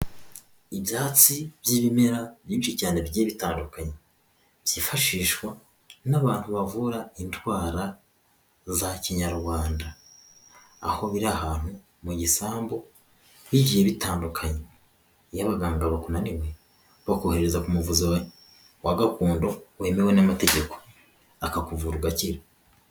Ibyatsi by'ibimera byinshi cyane bigiye bitandukanye byifashishwa n'abantu bavura indwara za kinyarwanda, aho biri ahantu mu gisambu bigiye bitandukanye, iyo abaganga bakunaniwe bakohereza ku muvuzi wa gakondo wemewe n'amategeko akakuvura ugakira.